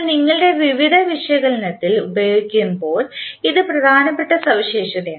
അതിനാൽ നിങ്ങളുടെ വിവിധ വിശകലനത്തിൽ ഉപയോഗിക്കുമ്പോൾ ഇത് പ്രധാനപ്പെട്ട സവിശേഷതയാണ്